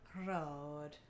Road